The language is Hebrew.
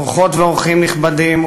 אורחות ואורחים נכבדים,